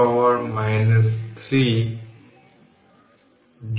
সুতরাং মাইক্রো কুলম্বের কারণে এটি মূলত 100 বাই 2 এবং এটি মাইক্রোফ্যারাড